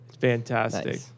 Fantastic